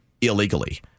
illegally